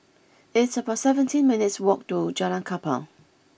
it's about seventeen minutes' walk to Jalan Kapal